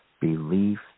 belief